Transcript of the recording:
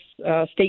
state